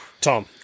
Tom